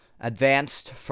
advanced